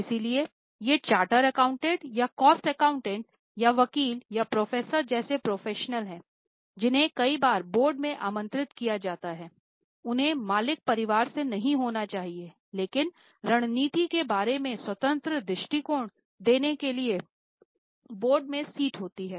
इसलिए ये chartered accountant या कास्ट एकाउंटेंट या वकील या प्रोफेसर जैसे प्रोफेशनल हैं जिन्हें कई बार बोर्ड में आमंत्रित किया जाता है उन्हें मालिक परिवार से नहीं होना चाहिए लेकिन रणनीति के बारे में स्वतंत्र दृष्टिकोण देने के लिए बोर्ड में सीट होती है